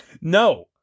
No